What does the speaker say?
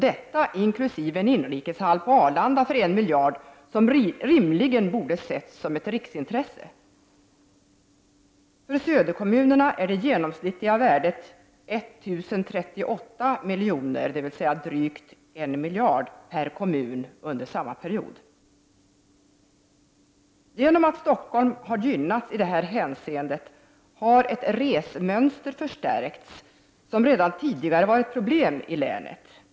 Detta inkluderar en inrikeshall på Arlanda för en miljard, något som rimligen borde ha betraktats som ett riksintresse. För söderkommunerna var det genomsnittliga värdet under samma period 1 038 milj.kr., dvs. drygt en miljard kr., per kommun. Genom att Stockholm i det här hänseendet har gynnats, har ett resmönster som redan tidigare varit ett problem i länet förstärkts.